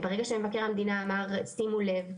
ברגע שמבקר המדינה אמר "..שימו לב,